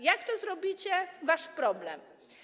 Jak to zrobicie, wasz problem.